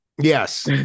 Yes